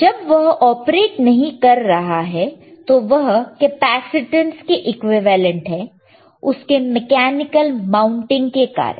जब वह ऑपरेट नहीं कर रहा है तो वह केपेसिटेंस के इक्विवेलेंट है उसके मैकेनिकल माउंटिंग के कारण